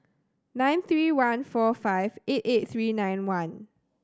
nine three one four five eight eight three nine one